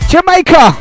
Jamaica